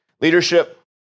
Leadership